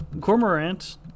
Cormorant